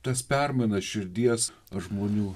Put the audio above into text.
tas permainas širdies ar žmonių